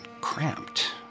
cramped